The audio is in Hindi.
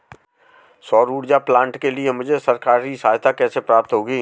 सौर ऊर्जा प्लांट के लिए मुझे सरकारी सहायता कैसे प्राप्त होगी?